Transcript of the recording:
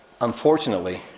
unfortunately